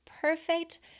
perfect